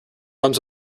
runs